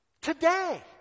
Today